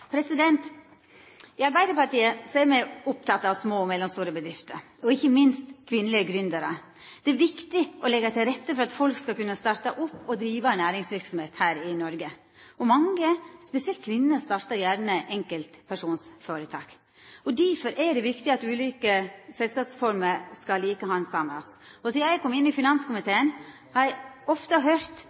I Arbeidarpartiet er me opptekne av små og mellomstore bedrifter, og ikkje minst kvinnelege gründerar. Det er viktig å leggja til rette for at folk skal kunna starta opp og driva næringsverksemd her i Noreg. Mange, spesielt kvinner, startar gjerne enkeltpersonføretak. Difor er det viktig at ulike selskapsformer skal handsamast likt. Sidan eg kom inn i finanskomiteen har eg ofte her i stortingssalen høyrt